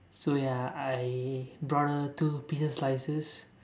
so ya I brought her two pizza slices